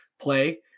play